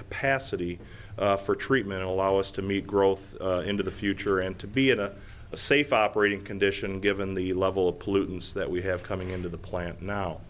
capacity for treatment allow us to meet growth into the future and to be in a safe operating condition given the level of pollutants that we have coming into the plant now